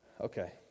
Okay